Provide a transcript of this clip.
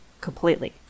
completely